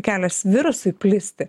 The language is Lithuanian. kelias virusui plisti